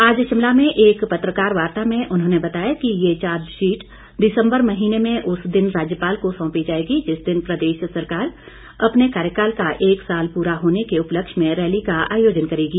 आज शिमला में एक पत्रकार वार्ता में उन्होंने बताया कि ये चार्जशीट दिसम्बर महीने में उस दिन राज्यपाल को सौंपी जाएगी जिस दिन प्रदेश सरकार अपने कार्यकाल का एक साल पूरा होने के उपलक्ष्य में रैली का आयोजन करेगी